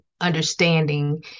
understanding